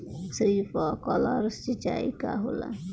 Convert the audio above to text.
Sprinkler सिंचाई का होला?